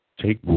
take